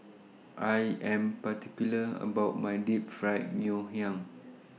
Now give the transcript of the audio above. I Am particular about My Deep Fried Ngoh Hiang